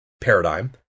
paradigm